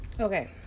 Okay